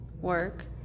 work